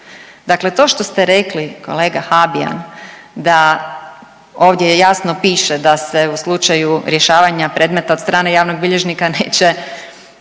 Dakle to što ste rekli kolega Habijan da, ovdje jasno piše da se u slučaju rješavanja predmeta od strane javnog bilježnika neće